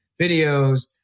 videos